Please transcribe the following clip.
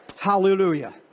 hallelujah